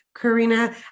Karina